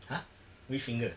!huh! which finger